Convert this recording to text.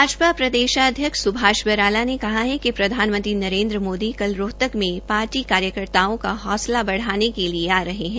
भाजपा प्रदेशाध्यक्ष सुभाष बराला ने कहा है कि प्रधानमंत्री नरेंद्र मोदी कल रोहतक में पार्टी कार्यकर्ताओं का हौसला बढ़ाने के लिए आ रहे हैं